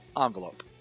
envelope